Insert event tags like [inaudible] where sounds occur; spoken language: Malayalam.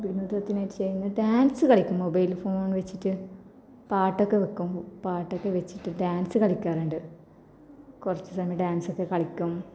[unintelligible] ഡാന്സ് കളിക്കും മൊബൈലിൽ ഫോണ് വെച്ചിട്ട് പാട്ടൊക്കെ വെക്കും പാട്ടൊക്കെ വെച്ചിട്ട് ഡാന്സ് കളിക്കാറുണ്ട് കുറച്ചു സമയം ഡാന്സൊക്കെ കളിക്കും